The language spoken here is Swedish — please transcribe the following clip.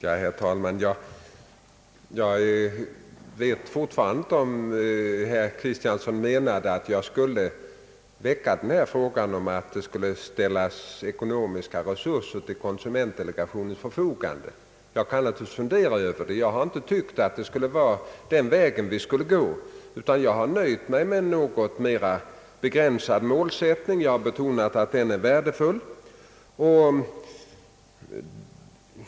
Herr talman! Jag vet fortfarande inte om herr Axel Kristiansson menade att jag skulle väcka denna fråga om att det skulle ställas ekonomiska resurser till konsumentdelegationens förfogande. Jag kan naturligtvis fundera över det, men jag har inte tyckt att vi skulle gå denna väg utan har nöjt mig med en något mera begränsad målsättning. Jag har dock betonat att verksamheten är värdefull.